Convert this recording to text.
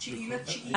ב-09.09.